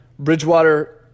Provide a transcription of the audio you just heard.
Bridgewater